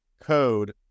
Code